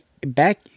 back